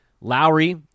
Lowry